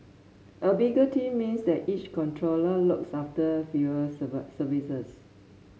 a bigger team means that each controller looks after fewer services